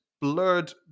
blurred